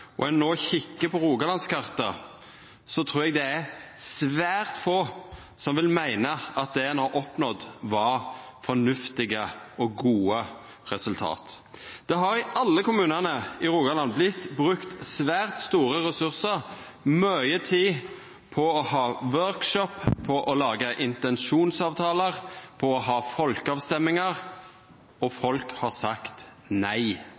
og ein no kikar på Rogalands-kartet, trur eg det er svært få som vil meina at det ein har oppnådd, var fornuftige og gode resultat. Det har i alle kommunane i Rogaland vorte brukt svært store ressursar, mykje tid, på å ha arbeidsmøte, på å laga intensjonsavtalar, på å ha folkeavstemmingar, og folk har sagt nei